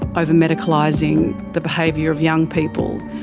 over-medicalising the behaviour of young people,